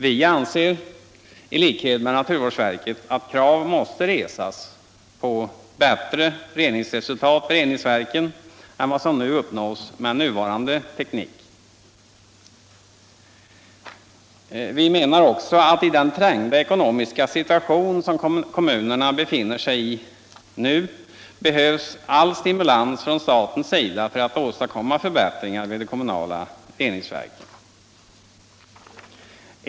Vi anser, i likhet med naturvårdsverket, att krav måste resas på bättre reningsresultat vid reningsverken än vad som uppnås med nuvarande teknik. Vi menar också att i den trängda ekonomiska situation där kommunerna nu befinner sig behövs all stimulans från statens sida för att åstadkomma förbättringar vid de kommunala reningsverken.